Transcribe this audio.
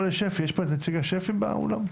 לנציגת שפ"י שפה באולם,